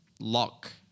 lock